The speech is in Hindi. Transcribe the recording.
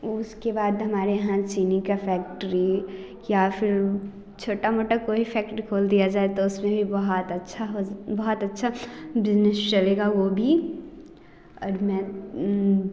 उसके बाद हमारे यहाँ चीनी का फैक्ट्री या फिर छोटा मोटा कोई फैक्ट्री खोल दिया जाए तो उसमें भी बहुत अच्छा बहुत अच्छा बिजनेस चलेगा वो भी और मैं उम्म्म